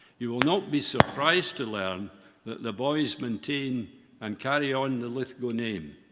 you will not be surprised to learn that the boys maintain and carry on the lithgow name,